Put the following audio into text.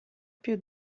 più